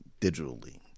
digitally